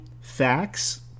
facts